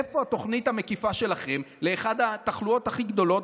איפה התוכנית המקיפה שלכם לאחת התחלואות הכי גדולות